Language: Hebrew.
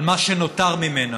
על מה שנותר ממנה.